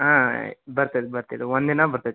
ಹಾಂ ಬರ್ತದೆ ಬರ್ತದೆ ಒಂದು ದಿನ ಬರ್ತೈತೆ